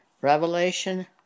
Revelation